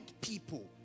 people